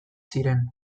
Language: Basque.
ziren